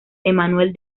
emanuel